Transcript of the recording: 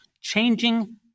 Changing